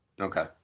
Okay